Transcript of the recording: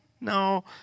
No